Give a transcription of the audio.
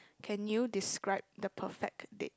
can you describe the perfect date